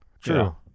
true